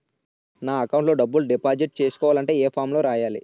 నా అకౌంట్ లో డబ్బులు డిపాజిట్ చేసుకోవాలంటే ఏ ఫామ్ లో రాయాలి?